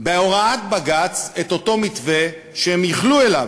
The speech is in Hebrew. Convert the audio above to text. בהוראת בג"ץ את אותו מתווה שהם ייחלו אליו.